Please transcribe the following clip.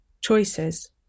choices